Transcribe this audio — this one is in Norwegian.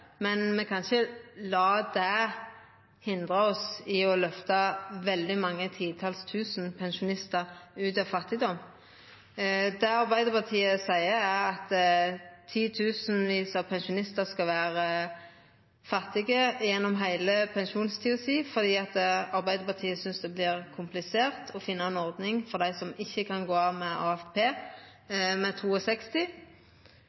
men me kan ikkje la det hindra oss i å løfta titals tusen pensjonistar ut av fattigdom. Det Arbeidarpartiet seier, er at titusenvis av pensjonistar skal vera fattige gjennom heile pensjonstida si fordi Arbeidarpartiet synest det vert komplisert å finna ei ordning for dei som ikkje kan gå av med AFP